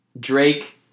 Drake